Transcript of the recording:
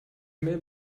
mail